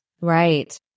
Right